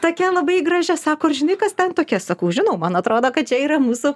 tokia labai gražia sako ar žinai kas ten tokia sakau žinau man atrodo kad čia yra mūsų